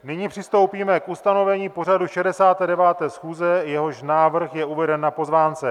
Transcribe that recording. Nyní přistoupíme k ustanovení pořadu 69. schůze, jehož návrh je uveden na pozvánce.